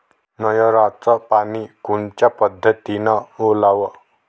नयराचं पानी कोनच्या पद्धतीनं ओलाव?